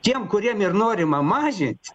tiem kuriem ir norima mažint